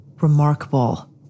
Remarkable